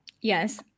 Yes